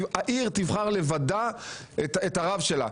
העיר תבחר לבדה את הרב שלה.